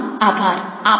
આપનો આભાર